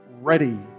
ready